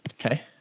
Okay